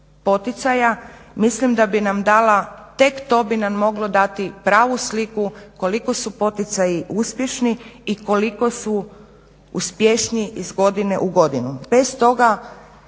poticaja mislim da tek to bi nam moglo dati pravu sliku koliko su poticaji uspješni i koliko su uspješniji iz godine u godinu.